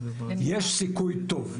יש סיכוי טוב.